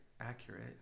accurate